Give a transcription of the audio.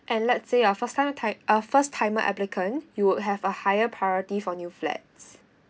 and let's say you're first time ti~ uh first timer applicant you would have a higher priority for new flats